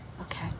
Okay